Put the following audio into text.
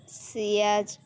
Ciaz